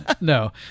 No